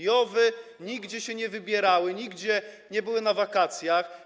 JOW-y nigdzie się nie wybierały, nigdzie nie były na wakacjach.